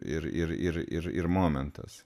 ir ir ir ir ir momentas